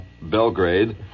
Belgrade